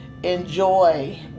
Enjoy